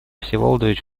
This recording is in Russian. всеволодович